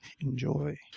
Enjoy